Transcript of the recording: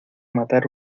matar